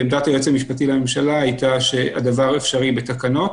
עמדת היועץ המשפטי לממשלה הייתה שהדבר אפשרי בתקנות.